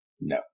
No